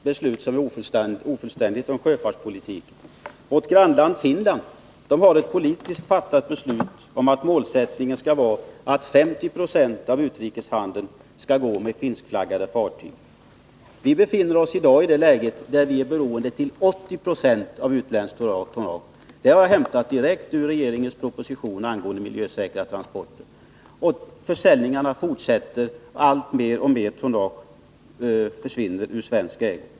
Herr talman! Vi har som sagt ett beslut om sjöfartspolitiken vilket är ofullständigt. Vårt grannland Finland har ett politiskt fattat beslut om att målsättningen skall vara att 50 26 av utrikeshandeln skall ske med finskflaggade fartyg. I Sverige befinner vi oss i dag i ett läge där vi till 80 70 är beroende av utländskt tonnage. Den uppgiften har jag hämtat direkt ur regeringens proposition angående miljösäkra transporter. Försäljningarna fortsätter, och mer och mer tonnage försvinner ur svensk ägo.